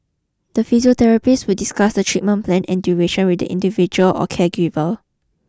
the physiotherapist would discuss the treatment plan and duration with the individual or caregiver